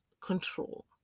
control